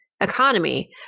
economy